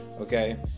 Okay